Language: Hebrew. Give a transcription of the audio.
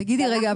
תגיד רגע,